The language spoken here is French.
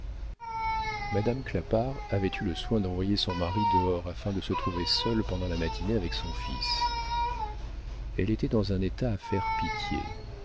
madame clapart avait eu le soin d'envoyer son mari dehors afin de se trouver seule pendant la matinée avec son fils elle était dans un état à faire pitié